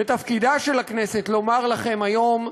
ותפקידה של הכנסת לומר לכם היום: